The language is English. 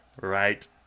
Right